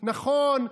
נכון,